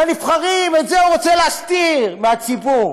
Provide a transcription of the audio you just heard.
את זה הוא רוצה להסתיר מהציבור.